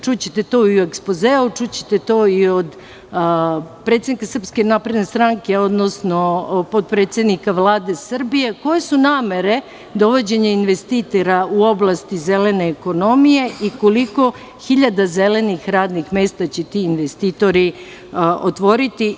Čućete to i u ekspozeu, čućete to i od predsednika SNS, odnosno potpredsednika Vlade Srbije, koje su namere dovođenja investitora u oblasti zelene ekonomije i koliko hiljada zelenih radnih mesta će ti investitori otvoriti.